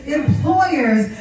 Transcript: employers